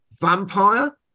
vampire